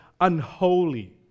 unholy